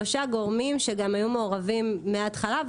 שלושה גורמים שהיו מעורבים מהתחלה,